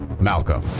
Malcolm